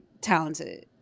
talented